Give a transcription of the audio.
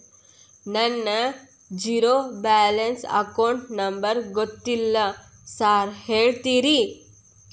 ನನ್ನ zero balance account number ಗೊತ್ತಿಲ್ಲ sir ಹೇಳ್ತೇರಿ?